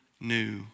new